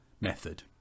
method